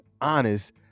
honest